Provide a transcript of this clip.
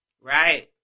Right